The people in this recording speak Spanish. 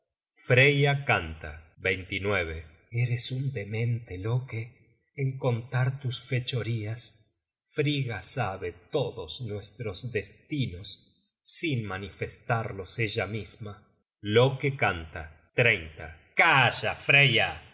causa freya canta eres un demente loke en contar tus fechorías frigga sabe todos nuestros destinos sin manifestarlos ella misma loke canta calla freya